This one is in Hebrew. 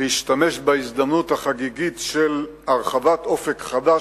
להשתמש בהזדמנות החגיגית של הרחבת "אופק חדש"